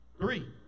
Three